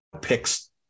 picks